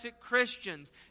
Christians